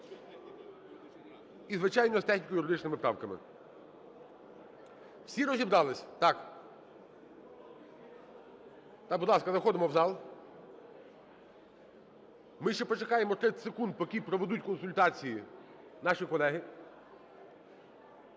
І, звичайно, з техніко-юридичними правками. Всі розібрались? Так! Будь ласка, заходимо в зал. Ми ще почекаємо 30 секунд, поки проведуть консультації наші колеги.